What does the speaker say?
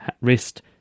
wrist